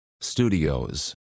Studios